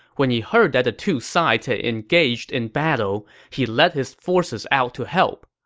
when he heard that the two sides had engaged in battle, he led his forces out to help.